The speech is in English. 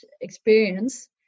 experience